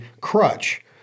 crutch